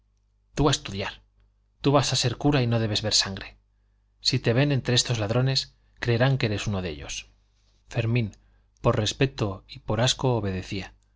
a estudiar tú vas a ser cura y no debes ver sangre si te ven entre estos ladrones creerán que eres uno de ellos fermín por respeto y por asco obedecía